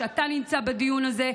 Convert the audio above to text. כשאתה נמצא בדיון הזה,